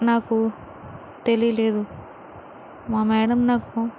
నాకు తెలియలేదు మా మ్యాడం నాకు